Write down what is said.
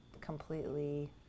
completely